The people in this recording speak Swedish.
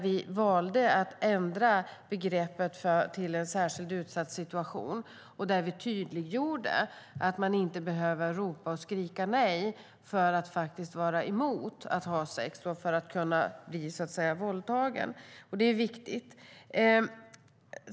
Vi valde att ändra begreppet till "en särskilt utsatt situation" och tydliggjorde att man inte behöver ropa och skrika "Nej" för att faktiskt vara emot att ha sex och för att det ska ses som att bli våldtagen. Det är viktigt.